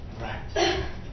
right